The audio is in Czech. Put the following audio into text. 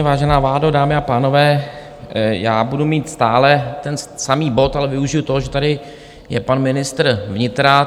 Vážená vládo, dámy a pánové, já budu mít stále ten samý bod, ale využiji toho, že tady je pan ministr vnitra.